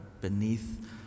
beneath